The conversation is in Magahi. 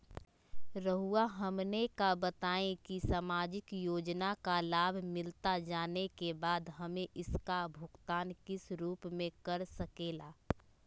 रहुआ हमने का बताएं की समाजिक योजना का लाभ मिलता जाने के बाद हमें इसका भुगतान किस रूप में कर सके ला?